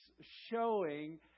showing